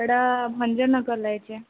ଏଇଟା ଭଞ୍ଜନଗର ଲାଗିଛି